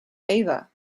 ava